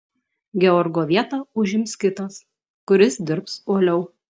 georgo vietą užims kitas kuris dirbs uoliau